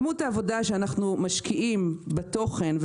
כמות העבודה שאנחנו משקיעים בתוכן,